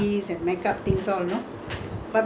and he will buy the local things for her to wear